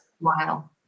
Wow